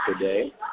today